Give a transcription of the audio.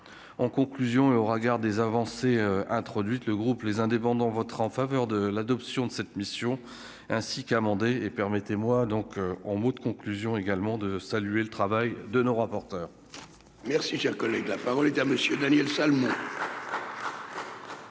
en conclusion et au regard des avancées introduites le groupe les indépendants votera en faveur de l'adoption de cette mission ainsi qu'amender et permettez-moi donc en mot de conclusion également de saluer le travail de nos rapporteurs. Merci, cher collègue, la parole est à Monsieur Daniel Salmon.